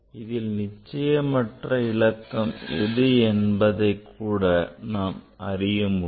இதில் நிச்சயமற்ற இலக்கம் எது என்பதைக் கூட நாம் அறிய முடியும்